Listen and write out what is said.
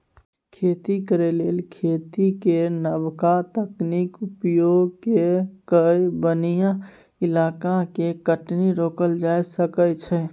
खेती करे लेल खेती केर नबका तकनीक उपयोग कए कय बनैया इलाका के कटनी रोकल जा सकइ छै